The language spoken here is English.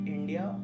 India